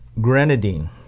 Grenadine